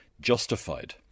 justified